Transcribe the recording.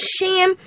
shame